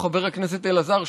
חבר הכנסת אלעזר שטרן,